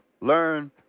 Learn